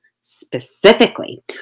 Specifically